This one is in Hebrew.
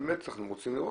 אפשר להגיד,